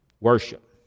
Worship